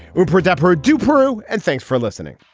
we'll protect her. do peru. and thanks for listening